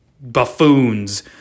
buffoons